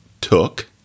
took